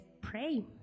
pray